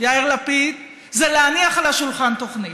יאיר לפיד, זה להניח על השולחן תוכנית.